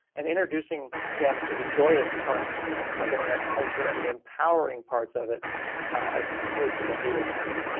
and introducing them to the joyous parts of internet culture and the empowering parts of it as opposed to the hater parts.